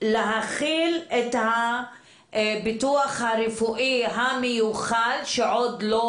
להחיל את הביטוח הרפואי המיוחל שעוד לא